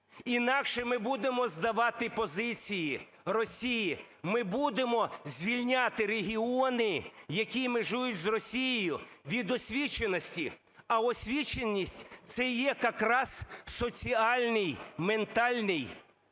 інакше ми будемо здавати позиції Росії, ми будемо звільняти регіони, які межують з Росією, від освіченості, а освіченість – це є якраз соціальний ментальний імунітет